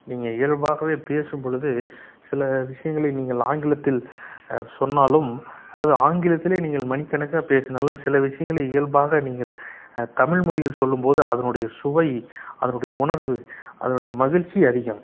நீங்கள் இயல்பாகவே பேசும்பொழுது சில விஷயங்களை நீங்கள் ஆங்கிலத்தில் சொன்னாலும் அல்லது ஆங்கிலத்திலேயே நீங்கள் மணிக்கணக்காக பேசினாலும் சில விஷயங்களை இயல்பாக நீங்கள் தமிழ் மொழியில் சொல்லும்போது அதனுடைய சுவை அதனுடைய உணர்வு அதனுடைய மகிழ்ச்சி அதிகம்